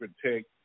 protect